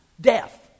death